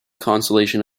constellation